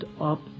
up